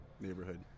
neighborhood